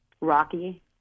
Rocky